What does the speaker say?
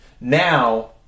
Now